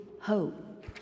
hope